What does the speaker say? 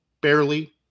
barely